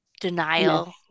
denial